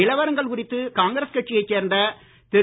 நிலவரங்கள் குறித்து காங்கிரஸ் கட்சியைச் சேர்ந்த திரு